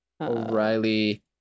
O'Reilly